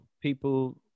people